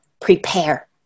prepare